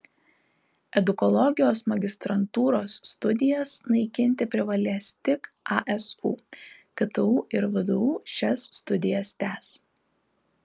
edukologijos magistrantūros studijas naikinti privalės tik asu ktu ir vdu šias studijas tęs